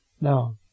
now